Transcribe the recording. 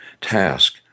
task